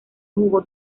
jugó